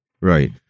Right